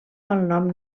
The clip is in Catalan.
malnom